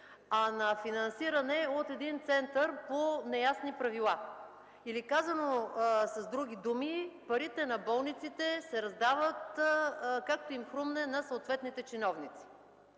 а на финансиране от един център по неясни правила, или казано с други думи: парите на болниците се раздават, както им хрумне на съответните чиновници.